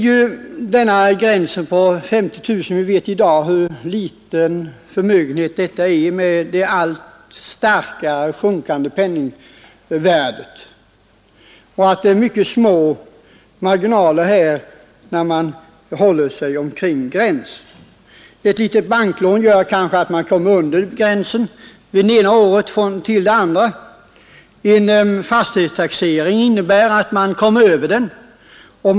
Beträffande gränsen på 50000 kronor vet vi hur liten en sådan förmögenhet är i dag med det alltmer sjunkande penningvärdet. Marginalerna är mycket små omkring denna gräns. Ett litet banklån gör kanske att man kommer under gränsen från det ena året till det andra. En ändrad fastighetstaxering kan innebära att man kommer över gränsen.